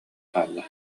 хаалла